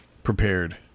Prepared